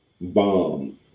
bomb